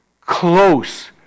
close